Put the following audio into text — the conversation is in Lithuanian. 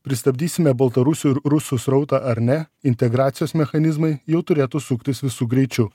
pristabdysime baltarusių ir rusų srautą ar ne integracijos mechanizmai jau turėtų suktis visu greičiu